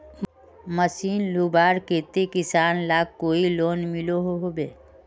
Machine लुबार केते किसान लाक कोई लोन मिलोहो होबे?